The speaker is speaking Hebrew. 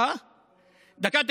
דקה.